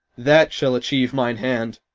that shall achieve mine hand!